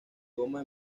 goma